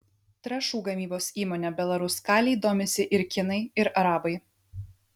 trąšų gamybos įmone belaruskalij domisi ir kinai ir arabai